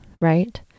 right